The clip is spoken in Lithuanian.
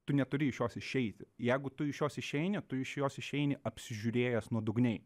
tu neturi iš jos išeiti jeigu tu iš jos išeini tu iš jos išeini apsižiūrėjęs nuodugniai